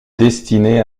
destinait